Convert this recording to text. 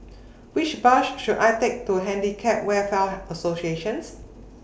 Which Bus should I Take to Handicap Welfare Associations